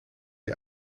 die